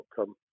outcome